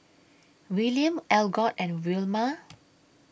William Algot and Wilma